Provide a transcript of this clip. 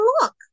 look